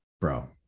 bro